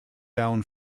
down